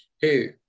hey